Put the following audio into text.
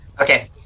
Okay